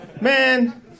Man